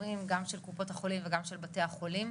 התורים גם של קופות החולים וגם של בתי החולים.